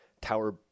tower